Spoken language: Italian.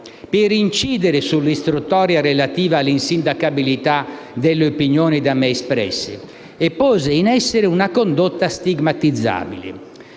per incidere sull'istruttoria relativa all'insindacabilità delle opinioni da me espresse, e aveva posto in essere una condotta stigmatizzabile.